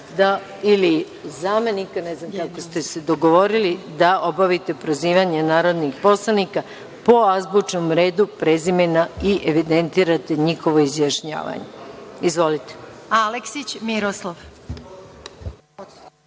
ili zamenika, ne znam kako ste se dogovorili, da obavite prozivanje narodnih poslanika po azbučnom redu prezimena i evidentirate njihova izjašnjavanja. Izvolite. **Svetislava